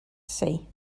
see